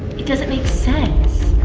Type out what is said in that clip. it doesn't make sense.